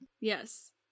Yes